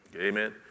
Amen